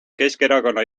keskerakonna